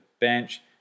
bench